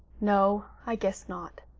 no, i guess not.